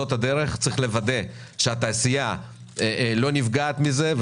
צריך לוודא שהתעשייה לא נפגעת מזה,